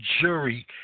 jury